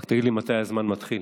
רק תגיד לי מתי הזמן מתחיל.